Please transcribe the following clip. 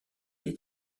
est